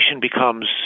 becomes